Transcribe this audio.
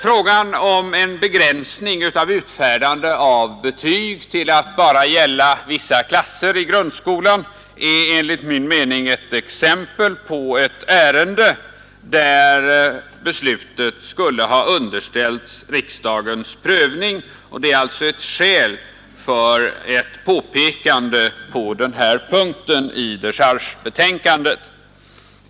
Frågan om en begränsning av utfärdandet av betyg till att bara gälla vissa klasser i grundskolan är enligt min mening ett exempel på ett ärende där beslutet skulle ha underställts riksdagens prövning. Det är alltså skäl för ett påpekande på denna punkt i dechargebetänkandet.